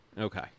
Okay